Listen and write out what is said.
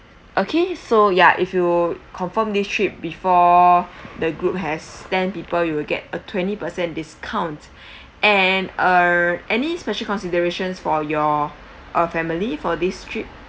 okay so ya if you confirm this trip before the group has ten people you will get a twenty percent discount and uh any special considerations for your uh family for this trip